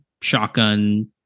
shotgun